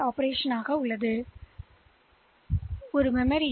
எனவே இதன் பொருள் என்னவென்றால்என்றால் இது மெமரி